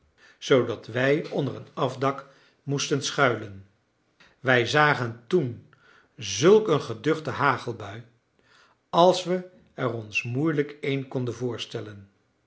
zoodat wij onder een afdak moesten schuilen wij zagen toen zulk een geduchte hagelbui als we er ons moeilijk een konden voorstellen